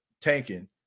tanking